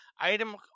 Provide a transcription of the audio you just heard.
item